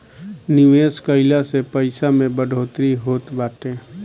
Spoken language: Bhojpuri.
निवेश कइला से पईसा में बढ़ोतरी होत बाटे